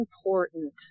important